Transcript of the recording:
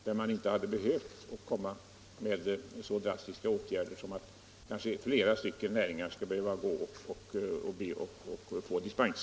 Då hade man inte behövt vidta så drastiska åtgärder att flera näringar skall behöva få dispens.